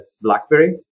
BlackBerry